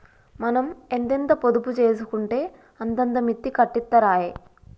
మనం ఎంతెంత పొదుపు జేసుకుంటే అంతంత మిత్తి కట్టిత్తరాయె